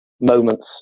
moment's